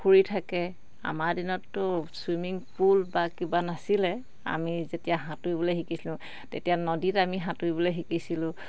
পুখুৰী থাকে আমাৰ দিনততো চুইমিং পুল বা কিবা নাছিলে আমি যেতিয়া সাঁতুৰিবলে শিকিছিলোঁ তেতিয়া নদীত আমি সাঁতুৰিবলে শিকিছিলোঁ